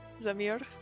Zamir